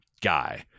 guy